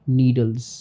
needles